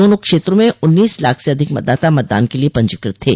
दोनों क्षेत्रों में उन्नीस लाख से अधिक मतदाता मतदान के लिए पंजीकृत थे